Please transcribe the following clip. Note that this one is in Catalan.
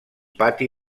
pati